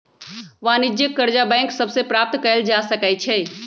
वाणिज्यिक करजा बैंक सभ से प्राप्त कएल जा सकै छइ